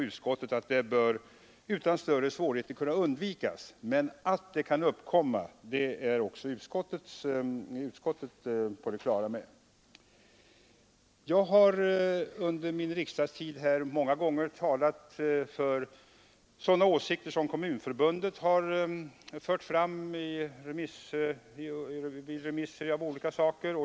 Utskottet anser att det utan större svårigheter bör kunna undvikas, men att jäv kan uppkomma är också utskottet på det klara med. Jag har under min riksdagstid många gånger talat för sådana åsikter som Svenska kommunförbundet fört fram i remisser av olika slag.